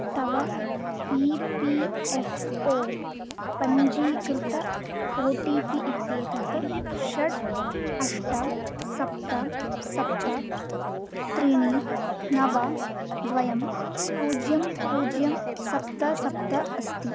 तव E P F O पञ्जीकृत O T P इत्येतत् षट् अष्ट सप्त सप्त त्रीणि नव द्वयम् पूज्यम् पूज्यम् सप्त सप्त अस्ति